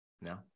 No